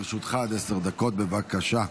לרשותך עד עשר דקות, בבקשה.